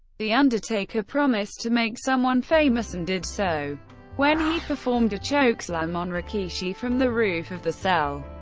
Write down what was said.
the undertaker promised to make someone famous and did so when he performed a chokeslam on rikishi from the roof of the cell.